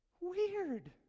Weird